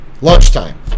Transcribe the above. Lunchtime